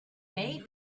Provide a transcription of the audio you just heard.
may